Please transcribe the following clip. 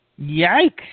Yikes